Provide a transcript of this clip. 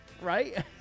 right